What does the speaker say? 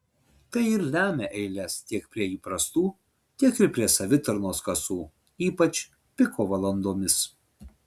tai ir lemia eiles tiek prie įprastų tiek ir prie savitarnos kasų ypač piko valandomis